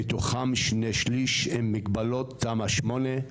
מתוכם 2/3 עם מגבלות תמ"א 8,